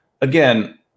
again